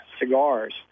Cigars